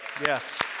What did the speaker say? Yes